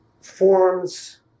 forms